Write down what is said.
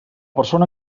persona